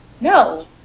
No